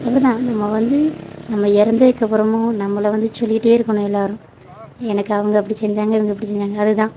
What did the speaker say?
அப்படி தான் நம்ம வந்து நம்ம இறந்ததுக்கப்பறமும் நம்மளை வந்து சொல்லிக்கிட்டே இருக்கணும் எல்லோரும் எனக்கு அவங்க அப்படி செஞ்சாங்க இவங்க இப்படி செஞ்சாங்கன்னு அதுதான்